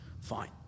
Fine